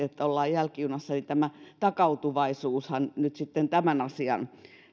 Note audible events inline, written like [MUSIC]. [UNINTELLIGIBLE] että ollaan jälkijunassa mutta tämä takautuvaisuushan nyt sitten tämän asian